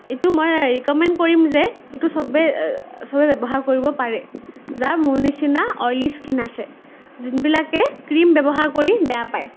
এইটো মই ৰীকমেণ্ড কৰিম যে এইটো চবেই চবেই ব্য়ৱহাৰ কৰিব পাৰে যাৰ মোৰ নিচিনা অইলী স্কীণ আছে যোনবিলাকে ক্ৰীম ব্য়ৱহাৰ কৰি বেয়া পায়